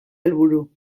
helburu